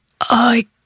I